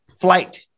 flight